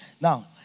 Now